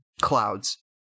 clouds